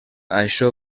això